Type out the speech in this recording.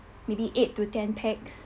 maybe eight to ten pax